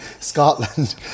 Scotland